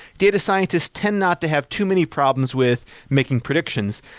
data scientist tend not to have too many problems with making predictions.